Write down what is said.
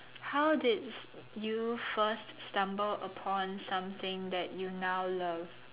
how did you first stumble upon something that you now love